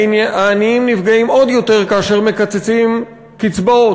העניים נפגעים עוד יותר כאשר מקצצים קצבאות.